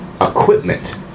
equipment